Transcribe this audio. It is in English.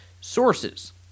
sources